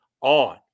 on